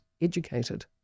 educated